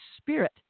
spirit